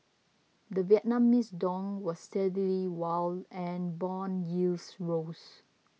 the Vietnamese dong was steady while and bond yields rose